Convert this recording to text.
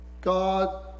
God